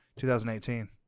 2018